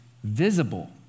Visible